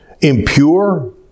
impure